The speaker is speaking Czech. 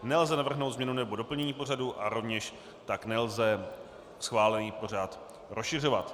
Nelze navrhnout změnu nebo doplnění pořadu a rovněž tak nelze schválený pořad rozšiřovat.